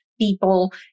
people